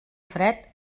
fred